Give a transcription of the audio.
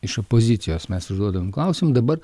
iš opozicijos mes užduodam klausimą dabar